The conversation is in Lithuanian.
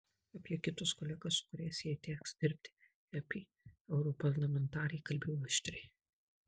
apie kitus kolegas su kuriais jai teks dirbti ep europarlamentarė kalbėjo aštriai